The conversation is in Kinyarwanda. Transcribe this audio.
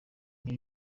muri